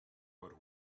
but